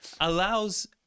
allows